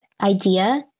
idea